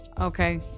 Okay